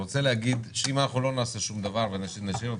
אני רוצה להגיד שאם אנחנו לא נעשה שום דבר ונשאיר את